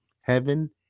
heaven